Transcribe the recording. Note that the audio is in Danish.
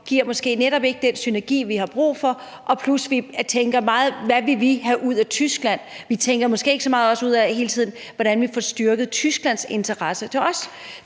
giver måske netop ikke den synergi, vi har brug for, plus at vi tænker meget på, hvad vi vil have ud af Tyskland. Vi tænker måske ikke så meget på, hvordan vi også får styrket Tysklands interesse for os.